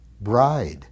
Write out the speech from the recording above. bride